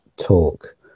talk